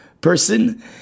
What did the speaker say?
person